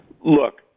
Look